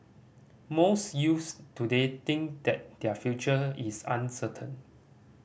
most youths today think that their future is uncertain